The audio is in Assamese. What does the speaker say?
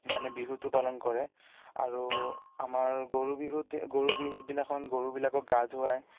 মানে বিহুটো পালন কৰে আৰু আমাৰ গৰু বিহুত গৰু বিহুৰ দিনাখন গৰুবিলাকক গা ধুৱায়